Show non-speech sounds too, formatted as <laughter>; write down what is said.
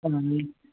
<unintelligible>